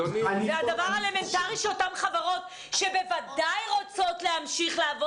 זה הדבר האלמנטרי שאותן חברות שבוודאי רוצות להמשיך לעבוד